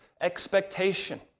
expectation